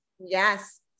Yes